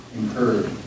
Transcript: incurred